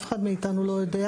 אף אחד מאתנו לא יודע.